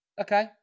Okay